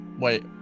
Wait